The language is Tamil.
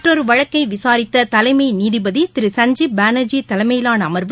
மற்றொரு வழக்கை விசாரித்த தலைமை நீதிபதி திரு சஞ்சீப் பானர்ஜி தலைமையிலாள அமர்வு